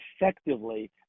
effectively